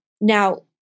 Now